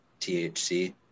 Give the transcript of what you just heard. THC